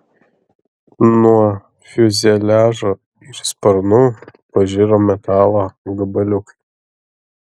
nuo fiuzeliažo ir sparnų pažiro metalo gabaliukai